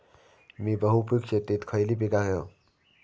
मी बहुपिक शेतीत खयली पीका घेव?